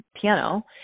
piano